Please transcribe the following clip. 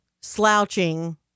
slouching